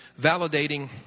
validating